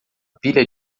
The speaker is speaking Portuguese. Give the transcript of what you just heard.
pilha